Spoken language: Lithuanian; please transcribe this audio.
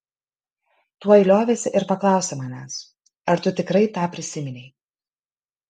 tuoj liovėsi ir paklausė manęs ar tu tikrai tą prisiminei